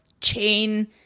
chain